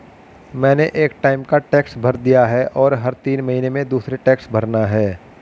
मैंने एक टाइम का टैक्स भर दिया है, और हर तीन महीने में दूसरे टैक्स भरना है